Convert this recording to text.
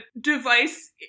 device